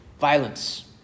violence